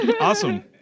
Awesome